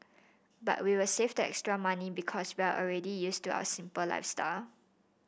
but we will save the extra money because we are already used to our simple lifestyle